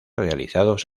realizados